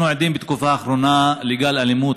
אנחנו עדים בתקופה האחרונה לגל אלימות